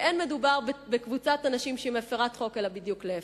ואין מדובר בקבוצת אנשים שהיא מפירת חוק אלא בדיוק להיפך.